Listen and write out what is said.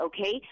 okay